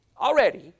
already